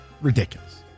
Ridiculous